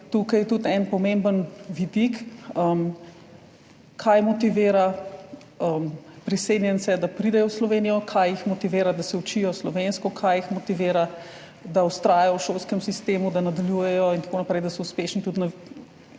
Tukaj je tudi eden od pomembnih vidikov, kaj motivira priseljence, da pridejo v Slovenijo, kaj jih motivira, da se učijo slovensko, kaj jih motivira, da vztrajajo v šolskem sistemu, da nadaljujejo, da so uspešni tudi po